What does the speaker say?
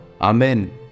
Amen